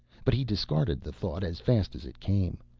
but he discarded the thought as fast as it came.